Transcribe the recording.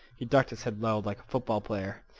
he ducked his head low, like a football player.